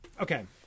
okay